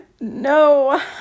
no